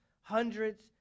hundreds